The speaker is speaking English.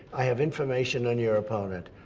i have information on your opponent.